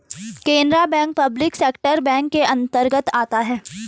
Canara bank public sector bank के अंतर्गत आता है